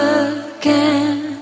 again